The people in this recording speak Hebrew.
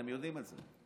אתם יודעים את זה,